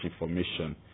information